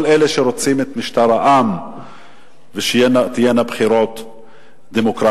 כל אלה שרוצים את משטר העם ושתהיינה בחירות דמוקרטיות.